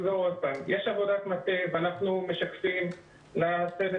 יש עבודת מטה ואנחנו משקפים לצוות